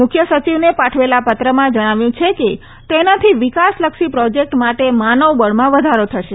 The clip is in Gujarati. મુખ્ય સચિવને પાઠવેલા પત્રમાં જણાવ્યું છે કે તેનાથી વિકાસલક્ષી પ્રોજેક્ટ માટે માનવબળમાં વધારો થશે